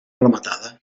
rematada